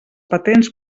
patents